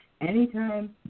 anytime